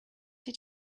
did